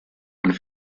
und